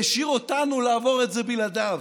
והשאיר אותנו לעבור את זה בלעדיו.